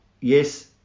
yes